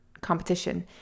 competition